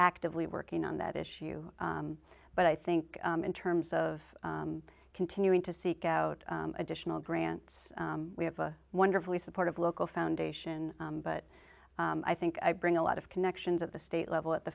actively working on that issue but i think in terms of continuing to seek out additional grants we have a wonderfully supportive local foundation but i think i bring a lot of connections at the state level at the